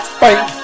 fight